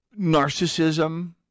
narcissism